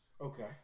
Okay